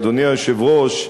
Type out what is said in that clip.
אדוני היושב-ראש,